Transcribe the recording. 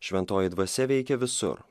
šventoji dvasia veikia visur